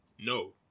No